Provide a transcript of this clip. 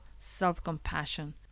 self-compassion